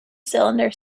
cylinder